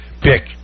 pick